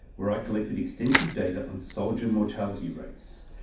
where i collected extensive data on soldier mortality rates.